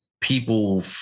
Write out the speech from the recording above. people